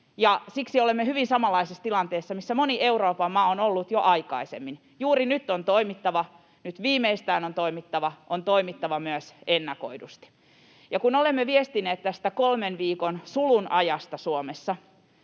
siksi olemme hyvin samanlaisessa tilanteessa kuin missä moni Euroopan maa on ollut jo aikaisemmin. Juuri nyt on toimittava, nyt viimeistään on toimittava, on toimittava myös ennakoidusti. Ja kun olemme viestineet tästä kolmen viikon sulun ajasta Suomessa,